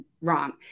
wrong